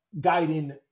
guiding